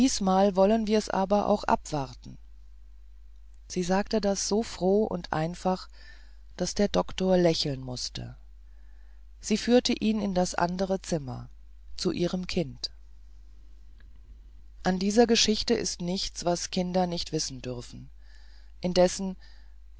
wollen wirs aber auch abwarten sie sagte das so froh und einfach daß der doktor lächeln mußte so führte sie ihn in das andere zimmer zu ihrem kind in dieser geschichte ist nichts was kinder nicht wissen dürfen indessen